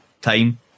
time